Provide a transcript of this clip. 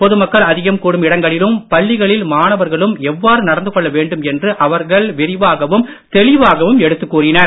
பொதுமக்கள் அதிகம் கூடும் இடங்களிலும் பள்ளிகளில் மாணவர்களும் எவ்வாறு நடந்துகொள்ள வேண்டும் என்று அவர்கள் விரிவாகவும் தெளிவாகவும் எடுத்து கூறினர்